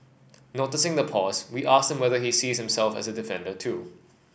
noticing the pause we asked whether he sees himself as defender too